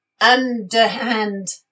underhand